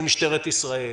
של משטרת ישראל,